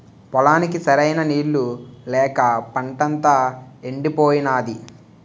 పొలానికి సరైన నీళ్ళు లేక పంటంతా యెండిపోనాది